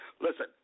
Listen